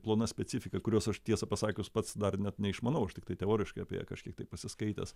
plona specifika kurios aš tiesą pasakius pats dar net neišmanau aš tiktai teoriškai apie ją kažkiek tai pasiskaitęs